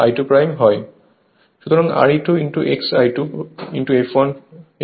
সুতরাং Re2 x I2 fl2